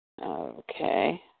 Okay